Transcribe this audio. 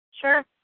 Sure